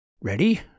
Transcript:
Ready